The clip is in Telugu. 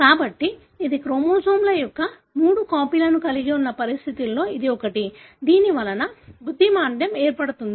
కాబట్టి ఇది క్రోమోజోమ్ల యొక్క మూడు కాపీలు కలిగి ఉన్న పరిస్థితులలో ఇది ఒకటి దీని వలన బుద్ధిమాంద్యం ఏర్పడుతుంది